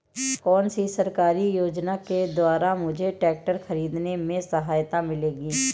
कौनसी सरकारी योजना के द्वारा मुझे ट्रैक्टर खरीदने में सहायता मिलेगी?